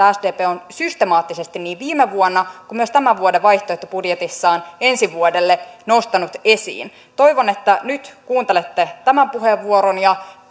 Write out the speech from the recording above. sdp on systemaattisesti niin viime vuonna kuin myös tämän vuoden vaihtoehtobudjetissaan ensi vuodelle nostanut esiin toivon että nyt kuuntelette tämän puheenvuoron ja